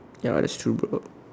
ya that's true bro